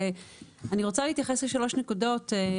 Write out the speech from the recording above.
אני רוצה להתייחס לשלוש נקודות.